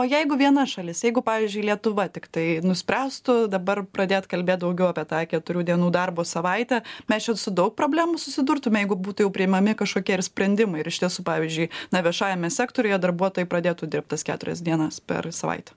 o jeigu viena šalis jeigu pavyzdžiui lietuva tiktai nuspręstų dabar pradėt kalbėt daugiau apie tą keturių dienų darbo savaitę mes čia su daug problemų susidurtume jeigu būtų jau priimami kažkokie ir sprendimai ir iš tiesų pavyzdžiui na viešajame sektoriuje darbuotojai pradėtų dirbt tas keturias dienas per savaitę